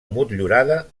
motllurada